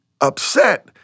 upset